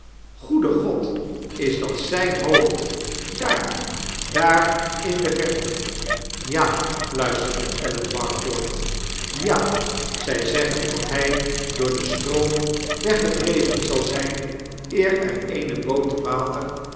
goede god is dat zyn hoofd daar daar in de verte ja fluisterde ellen barford ja zyzeggen dat hy door den stroom weggedreven zal zyn eer er eene boot te water